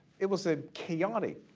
it was a chaotic,